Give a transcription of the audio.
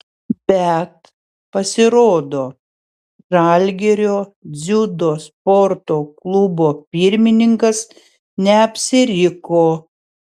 bet pasirodo žalgirio dziudo sporto klubo pirmininkas neapsiriko